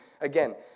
again